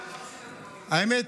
האמת,